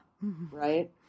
Right